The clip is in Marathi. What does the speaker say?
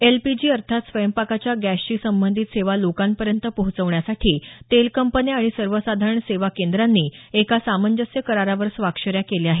एलपीजी अर्थात स्वयंपाकाच्या गॅसशी संबधित सेवा लोकांपर्यंत पोचवण्यासाठी तेल कंपन्या आणि सर्वसाधारण सेवा केंद्रांनी एका सामंजस्य करारावर स्वाक्षऱ्या केल्या आहेत